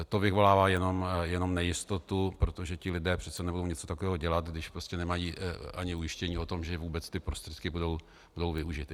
To vyvolává jenom nejistotu, protože ti lidé přece nebudou něco takového dělat, když prostě nemají ani ujištění o tom, že vůbec ty prostředky budou využity.